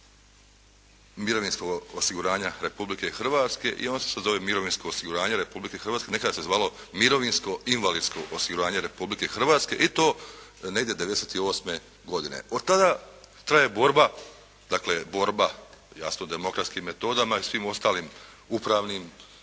mirovinskog osiguranja Republike Hrvatske i on se sad zove mirovinsko osiguranje Republike Hrvatske. Nekad se zvalo mirovinsko invalidsko osiguranje Republike Hrvatske i to negdje '98. godine. Od tada traje borba, dakle borba, jasno demokratskim metodama i svim ostalim upravnim